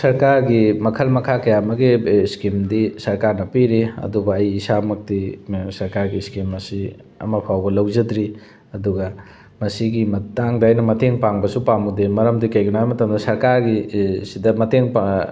ꯁꯔꯀꯥꯔꯒꯤ ꯃꯈꯜ ꯃꯈꯥ ꯀꯌꯥ ꯑꯃꯒꯤ ꯏꯁꯀꯤꯝꯗꯤ ꯁꯔꯀꯥꯔꯅ ꯄꯤꯔꯤ ꯑꯗꯨꯒ ꯑꯩ ꯏꯁꯥꯃꯛꯇꯤ ꯁꯔꯀꯥꯔꯒꯤ ꯏꯁꯀꯤꯝ ꯑꯁꯤ ꯑꯃꯐꯥꯎꯕ ꯂꯧꯖꯗ꯭ꯔꯤ ꯑꯗꯨꯒ ꯃꯁꯤꯒꯤ ꯃꯇꯥꯡꯗ ꯑꯩꯅ ꯃꯇꯦꯡ ꯄꯥꯡꯕꯁꯨ ꯄꯥꯝꯃꯨꯗꯦ ꯃꯔꯝꯗꯤ ꯀꯩꯒꯤꯅꯣ ꯍꯥꯏꯕ ꯃꯇꯝꯗ ꯁꯔꯀꯥꯔꯒꯤ ꯁꯤꯗ ꯃꯇꯦꯡ ꯄꯥꯡ